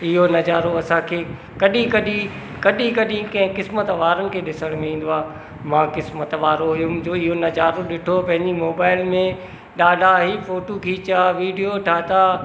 इहो नज़ारो असांखे कॾहिं कॾहिं कॾहिं कॾहिं कंहिं क़िस्मत वारनि खे ॾिसण में ईंदो आहे मां क़िस्मत वारो हुयुमि जो इहो नज़ारो ॾिठो पंहिंजी मोबाइल में ॾाढा ई फोटूं खीचा वीडियो ठाता